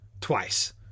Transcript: twice